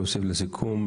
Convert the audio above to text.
להוסיף משפט לסיכום: